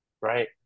right